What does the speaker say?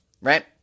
right